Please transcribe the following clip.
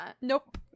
Nope